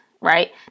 right